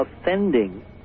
offending